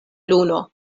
luno